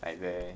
like they